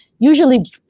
usually